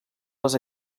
les